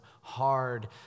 hard